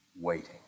waiting